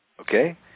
okay